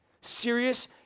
serious